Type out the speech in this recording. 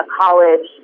college